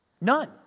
None